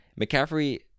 McCaffrey